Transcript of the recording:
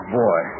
boy